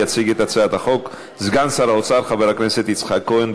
יציג את הצעת החוק סגן שר האוצר חבר הכנסת יצחק כהן.